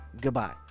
goodbye